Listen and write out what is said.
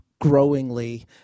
growingly